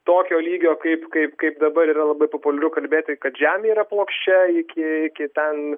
tokio lygio kaip kaip kaip dabar yra labai populiaru kalbėti kad žemė yra plokščia iki iki ten